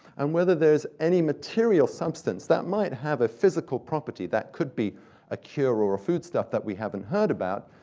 and whether there is any material substance that might have a physical property that could be a cure or a foodstuff that we haven't heard about.